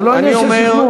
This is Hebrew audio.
זה לא עניין של שכנוע.